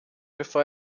bevor